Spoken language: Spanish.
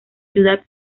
ciudad